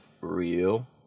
Real